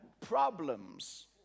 problems